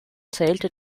zählte